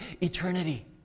eternity